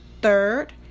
third